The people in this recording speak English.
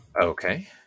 Okay